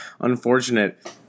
unfortunate